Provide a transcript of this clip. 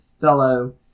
fellow